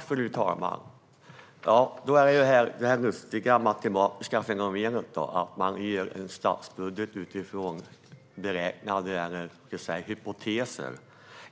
Fru talman! Då har vi det lustiga matematiska fenomenet att man gör en statsbudget utifrån hypoteser.